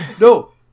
No